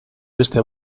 beste